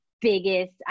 biggest